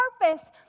purpose